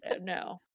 No